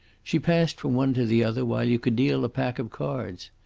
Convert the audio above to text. she passed from one to the other while you could deal a pack of cards.